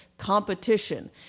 competition